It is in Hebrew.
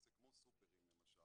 בסופו של דבר אני חושב- -- סליחה.